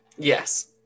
yes